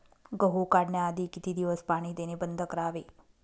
गहू काढण्याआधी किती दिवस पाणी देणे बंद करावे?